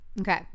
Okay